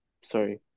sorry